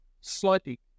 slightly